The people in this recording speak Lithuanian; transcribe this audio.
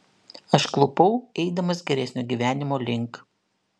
aš klupau eidamas geresnio gyvenimo link